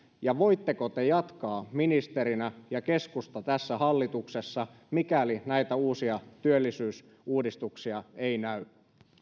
ja voitteko te jatkaa ministerinä ja keskusta tässä hallituksessa mikäli näitä uusia työllisyysuudistuksia ei näy